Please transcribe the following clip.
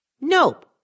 Nope